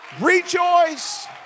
rejoice